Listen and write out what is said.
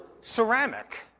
ceramic